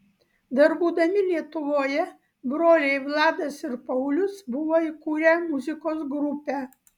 dar būdami lietuvoje broliai vladas ir paulius buvo įkūrę muzikos grupę